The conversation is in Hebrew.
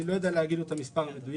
אני לא יודע לומר את המספר המדויק.